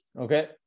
Okay